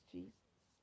Jesus